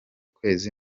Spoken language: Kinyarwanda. kwezi